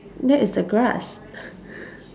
that is the grass